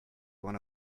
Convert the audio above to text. one